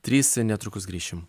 trys netrukus grįšim